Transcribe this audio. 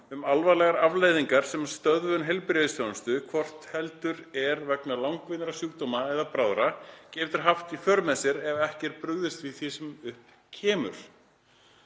um alvarlegar afleiðingar sem stöðvun heilbrigðisþjónustu, hvort heldur er vegna langvinnra sjúkdóma eða bráðra, getur haft í för með sér, ef ekki er brugðist við því sem upp kemur.“